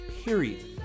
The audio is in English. Period